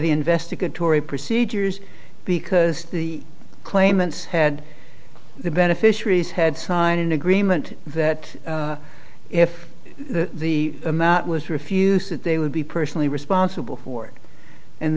the investigatory procedures because the claimants had the beneficiaries had signed an agreement that if the amount was refused that they would be personally responsible for it and